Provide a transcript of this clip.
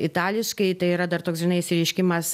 itališkai tai yra dar toks žinai išsireiškimas